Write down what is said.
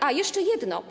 A, jeszcze jedno.